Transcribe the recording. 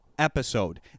Episode